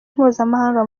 mpuzamahanga